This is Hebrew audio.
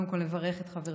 קודם כול לברך את חברתי